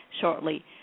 shortly